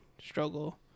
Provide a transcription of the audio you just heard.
struggle